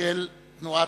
של מפ"ם.